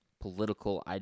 political